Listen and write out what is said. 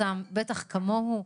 בטח לא כמוהו,